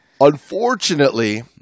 Unfortunately